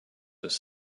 was